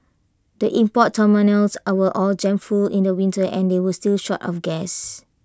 the import terminals were all jammed full in the winter and you were still short of gas